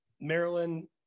Maryland